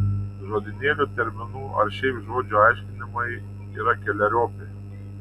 žodynėlio terminų ar šiaip žodžių aiškinimai yra keleriopi